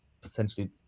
potentially